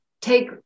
take